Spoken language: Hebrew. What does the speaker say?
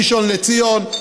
בראשון לציון,